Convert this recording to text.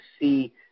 see